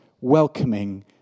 welcoming